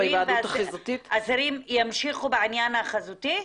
שהעצורים והאסירים ימשיכו בעניין החזותי?